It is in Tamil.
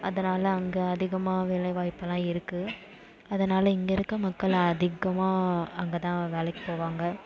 அதனால் அங்கே அதிகமாக வேலைவாய்ப்பெல்லாம் இருக்குது அதனால் இங்கே இருக்க மக்கள் அதிகமாக அங்கேதான் வேலைக்கு போவாங்க